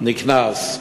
נקנס.